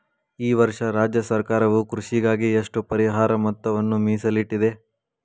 ಈ ವರ್ಷ ರಾಜ್ಯ ಸರ್ಕಾರವು ಕೃಷಿಗಾಗಿ ಎಷ್ಟು ಪರಿಹಾರ ಮೊತ್ತವನ್ನು ಮೇಸಲಿಟ್ಟಿದೆ?